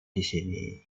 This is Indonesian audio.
disini